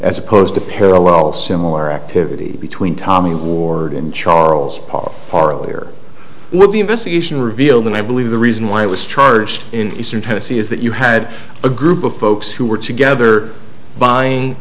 as opposed to parallel similar activity between tommy ward and charles parlier with the investigation revealed and i believe the reason why it was charged in eastern tennessee is that you had a group of folks who were together buying